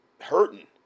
hurting